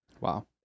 Wow